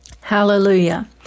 hallelujah